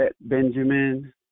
Benjamin